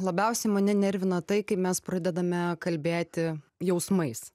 labiausiai mane nervina tai kai mes pradedame kalbėti jausmais